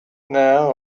now